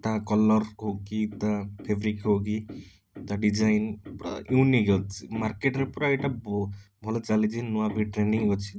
ତା କଲର ହଉ କି ତା ଫେବ୍ରିକ୍ ହଉ କି ତା ଡିଜାଇନ୍ ପୁରା ୟୁନିକ୍ ଅଛି ମାର୍କେଟରେ ପୁରା ଏଇଟା ଭଲ ଚାଲିଛି ନୂଆ ବି ଟ୍ରେଡ଼ିଂ ଅଛି